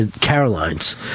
Carolines